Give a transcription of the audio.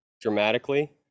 dramatically